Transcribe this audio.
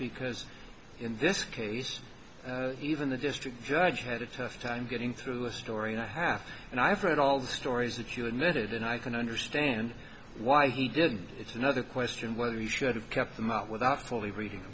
because in this case even the district judge had a tough time getting through the story and i have and i've read all the stories that you admitted and i can understand why he didn't it's another question whether he should have kept them out without fully reading